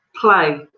Play